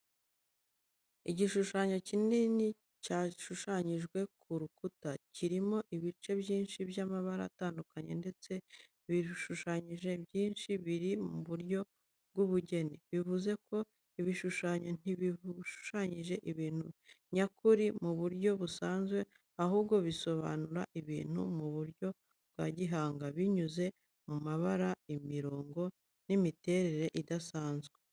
Igishushanyo kinini cyashushanyijwe ku rukuta. Kirimo ibice byinshi by’amabara atandukanye ndetse n’ibishushanyo byinshi biri mu buryo bw'ubugeni, bivuze ko ibishushanyo ntibishushanyije ibintu nyakuri mu buryo busanzwe, ahubwo bisobanura ibintu mu buryo bwa gihanga, binyuze mu mabara, imirongo, n'imiterere idasanzwe.